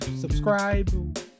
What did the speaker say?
subscribe